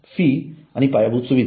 fee आणि पायाभूत सुविधा